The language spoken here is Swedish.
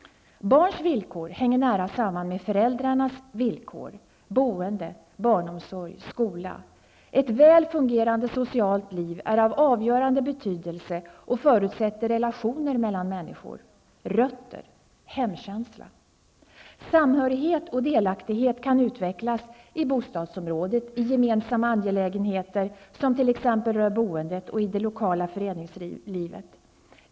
Barns villkor hänger nära samman med föräldrarnas villkor, boende, barnomsorg, skola. Ett väl fungerande socialt liv är av avgörande betydelse och förutsätter relationer mellan människor, rötter, hemkänsla. Samhörighet och delaktighet kan utvecklas i bostadsområdet i gemensamma angelägenheter som t.ex. rör boendet, och i det lokala föreningslivet.